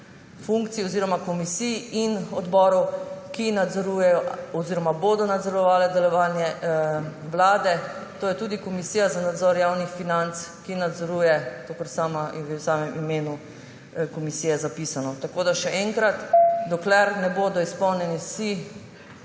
funkcij oziroma komisij in odborov, ki nadzorujejo oziroma bodo nadzorovali delovanje Vlade. To je tudi Komisija za nadzor javnih financ, ki nadzoruje to, kar je v samem imenu komisije zapisano. Še enkrat. Dokler ne bodo izpolnjene te